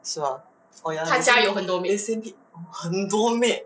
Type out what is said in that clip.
是吗 oh ya 他家有很多 maid